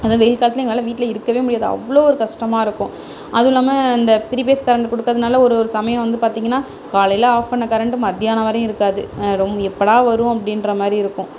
அதுவும் வெயில் காலத்தில் எங்களால் வீட்டில் இருக்கவே முடியாது அவ்வளோ ஒரு கஷ்டமாக இருக்கும் அதுவும் இல்லாமல் இந்த த்ரீ பேஸ் கரெண்ட் குடுக்கிறதுனால ஒரு ஒரு சமயம் வந்து பார்த்தீங்கன்னா காலையில் ஆஃப் பண்ண கரெண்ட்டு மத்தியானம் வரையும் இருக்காது ரொம்ப எப்போடா வரும் அப்படின்ற மாதிரி இருக்கும்